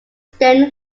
then